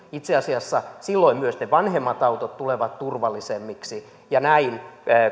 itse asiassa silloin myös ne vanhemmat autot tulevat turvallisemmiksi ja näin